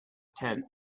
tent